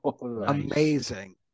Amazing